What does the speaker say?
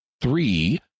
Three